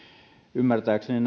ymmärtääkseni